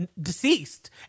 deceased